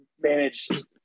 managed